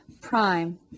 prime